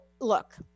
look